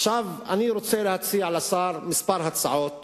עכשיו אני רוצה להציע לשר כמה הצעות